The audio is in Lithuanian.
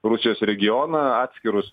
rusijos regioną atskirus